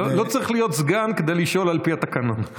לא צריך להיות סגן כדי לשאול על פי התקנון.